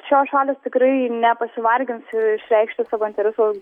šios šalys tikrai nepasivargins išreikšti savo interesų